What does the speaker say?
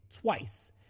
twice